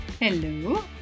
Hello